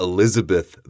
Elizabeth